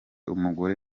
umugore